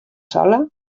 sala